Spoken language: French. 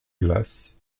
glace